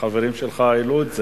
החברים שלך העלו את זה.